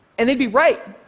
and they'd be right.